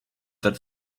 that